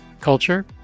culture